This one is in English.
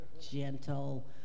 gentle